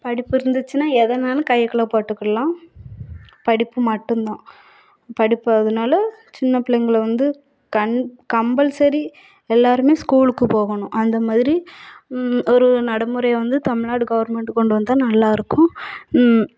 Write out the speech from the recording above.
படிப்பு இருந்துச்சின்னால் எதுனாலும் கைக்குள்ளே போட்டுக்கலாம் படிப்பு மட்டுந்தான் படிப்பு அதனால சின்னப்பிள்ளைங்களை வந்து கம் கம்பல்சரி எல்லோருமே ஸ்கூலுக்கு போகணும் அந்த மாதிரி ஒரு நடைமுறை வந்து தமிழ்நாடு கவர்மெண்ட் கொண்டுவந்தால் நல்லா இருக்கும்